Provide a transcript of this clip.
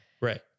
right